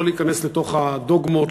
לא להיכנס לתוך הדוגמות,